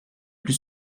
plus